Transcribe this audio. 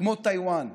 כמו טייוואן.